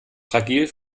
fragil